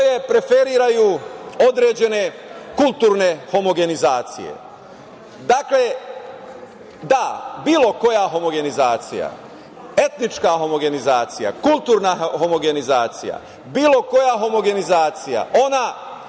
koje preferiraju određene kulturne homogenizacije. Dakle, da bilo koja homogenizacija, etnička homogenizacija, kulturna homogenizacija, bilo koja homogenizacija, ona